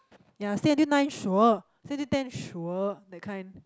ya stay until nine sure stay until ten sure that kind